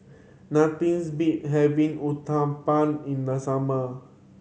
nothings beat having Uthapam in the summer